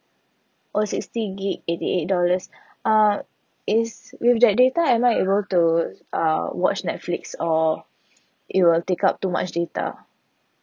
oh sixty gig eighty eight dollars uh is with that data am I able to uh watch netflix or it will take up too much data